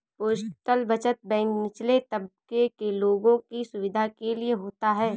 postal बचत bank निचले तबके के लोगों की सुविधा के लिए होता है